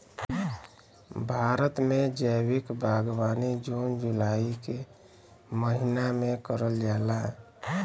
भारत में जैविक बागवानी जून जुलाई के महिना में करल जाला